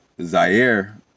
Zaire